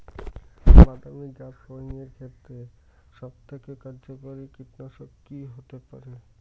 বাদামী গাছফড়িঙের ক্ষেত্রে সবথেকে কার্যকরী কীটনাশক কি হতে পারে?